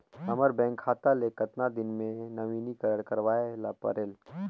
हमर बैंक खाता ले कतना दिन मे नवीनीकरण करवाय ला परेल?